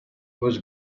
was